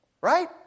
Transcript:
right